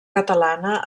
catalana